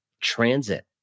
transit